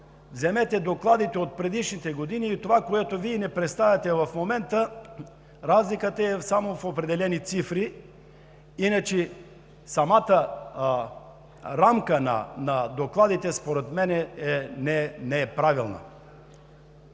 вземете докладите от предишните години и това, което Вие ни представяте в момента – разликата е само в определени цифри. Иначе самата рамка на докладите според мен не е правилна.